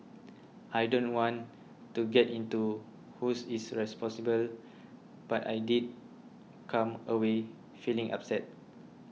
I don't want to get into who is responsible but I did come away feeling upset